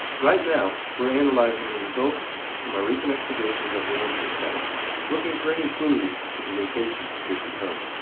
right now, we're analyzing the results from our recent excavations at the angela site looking for any clues to the location of pierce's home.